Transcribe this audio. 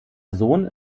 sohn